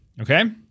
okay